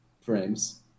Frames